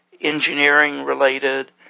engineering-related